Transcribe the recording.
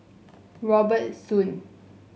Robert Soon